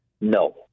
No